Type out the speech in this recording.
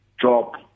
Job